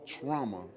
trauma